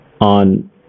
on